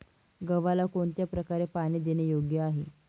गव्हाला कोणत्या प्रकारे पाणी देणे योग्य आहे?